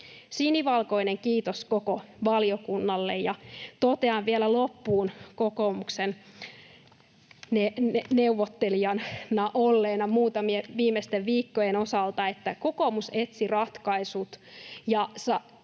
Sinivalkoinen kiitos koko valiokunnalle! Totean vielä loppuun kokoomuksen neuvottelijana olleena muutamien viimeisten viikkojen osalta, että kokoomus etsi ratkaisut